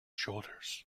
shoulders